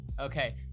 Okay